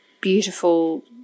beautiful